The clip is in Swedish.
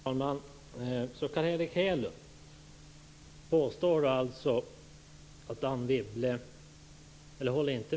Fru talman! Carl Erik Hedlund håller alltså inte med om det som Anne Wibble sade.